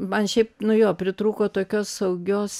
man šiaip nu jo pritrūko tokios saugios